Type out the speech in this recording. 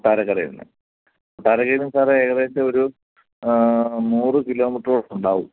പാലക്കാട് തന്നെ ദ്വാരകയിൽ നിന്ന് സാറേ ഏകദേശം ഒരു നൂറ് കിലോമീറ്ററോളം ഉണ്ടാവും